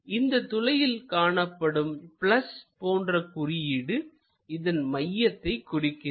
இந்த துளையில் காணப்படும் "" போன்ற குறியீடு இதன் மையத்தை குறிக்கின்றது